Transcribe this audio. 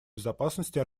безопасности